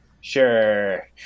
sure